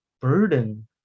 burden